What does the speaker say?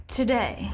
Today